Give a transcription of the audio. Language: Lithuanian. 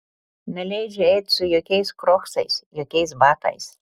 neleidžiu eiti su jokiais kroksais jokiais batais